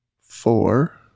four